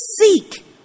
seek